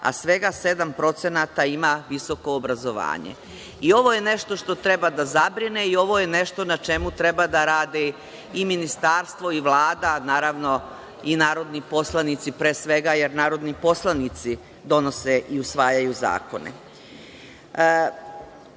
a svega 7% ima visoko obrazovanje. Ovo je nešto što treba da zabrine i ovo je nešto na čemu treba da radi i Ministarstvo i Vlada, naravno i narodni poslanici, pre svega, jer oni donose i usvajaju zakone. Podatak